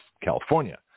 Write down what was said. California